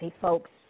folks